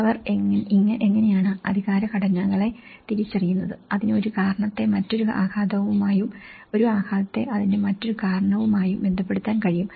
അവർ എങ്ങനെയാണ് അധികാര ഘടനകളെ തിരിച്ചറിയുന്നത് അതിന് ഒരു കാരണത്തെ മറ്റൊരു ആഘാതവുമായും ഒരു ആഘാതത്തെ അതിന്റെ മറ്റൊരു കാരണവുമായും ബന്ധപ്പെടുത്താൻ കഴിയും